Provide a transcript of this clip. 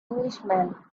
englishman